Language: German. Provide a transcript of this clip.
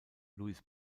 louis